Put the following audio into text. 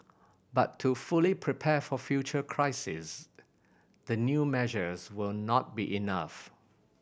but to fully prepare for future crises the new measures will not be enough